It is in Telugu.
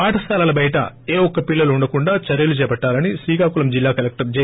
పాఠశాలల బయట ఏ ఒక్క పిల్లలు ఉండకుండా చర్యలు చేపట్టాలని శ్రీకాకుళం జిల్లా కలెక్టర్ జె